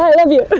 love you.